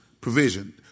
provision